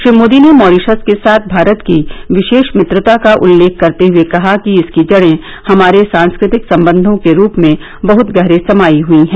श्री मोदी ने मॉरीशस के साथ भारत की विशेष मित्रता का उल्लेख करते हए कहा कि इसकी जड़ें हमारे सांस्कृतिक संबयों के रूप में बहत गहरे समाई हई हैं